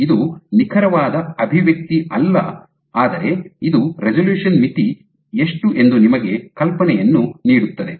ಇದು ನಿಖರವಾದ ಅಭಿವ್ಯಕ್ತಿ ಅಲ್ಲ ಆದರೆ ಇದು ರೆಸಲ್ಯೂಶನ್ ಮಿತಿ ಎಷ್ಟು ಎಂದು ನಿಮಗೆ ಕಲ್ಪನೆಯನ್ನು ನೀಡುತ್ತದೆ